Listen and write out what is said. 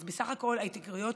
אז בסך הכול ההתייקרות